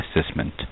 assessment